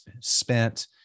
spent